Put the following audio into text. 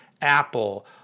Apple